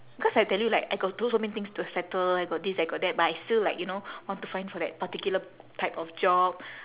because I tell you like I got so many things to settle I got this I got that but I still like you know want to find for that particular type of job